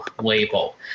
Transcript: label